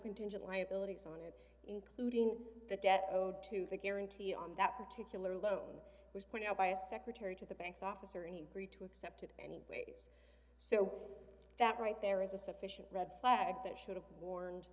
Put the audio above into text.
contingent liabilities on it including the debt owed to the guarantee on that particular loan was pointed out by a secretary to the bank's officer and he read to accept it anyways so that right there is a sufficient red flag that should have warned